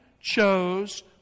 chose